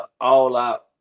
all-out